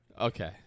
Okay